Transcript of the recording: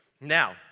Now